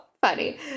funny